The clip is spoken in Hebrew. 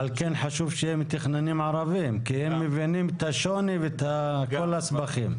על כן חשוב שהם מתכננים ערבים כי הם מבינים את השוני ואת כל הסיבוכים.